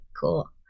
Cool